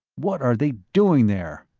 what are they doing there?